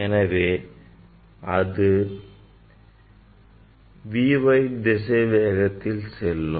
எனவே அது Vy திசை வேகத்தில் செல்லும்